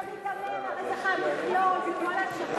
אתה מיתמם, הרי זה המכלול, זה כל השיטה.